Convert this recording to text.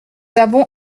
avons